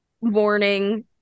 morning